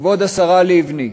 כבוד השרה לבני,